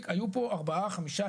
היו פה ארבע או חמישה,